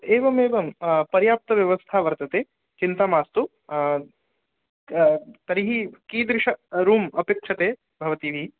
एवम् एवम् आ पर्याप्तव्यवस्था वर्तते चिन्ता मास्तु तर्हि कीदृश रूम् अपेक्षते भवतीभिः